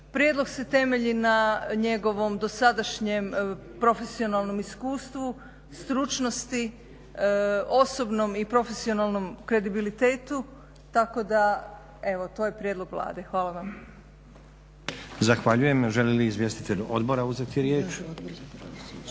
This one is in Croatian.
Prijedlog se temelji na njegovom dosadašnjem profesionalnom iskustvu, stručnosti, osobnom i profesionalnom kredibilitetu tako da evo to je prijedlog Vlade. Hvala vam.